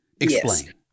Explain